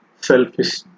Selfish